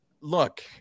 Look